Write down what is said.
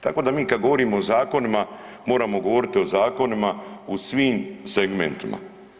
Tako da mi kad govorimo o zakonima moramo govoriti o zakonima u svim segmentima.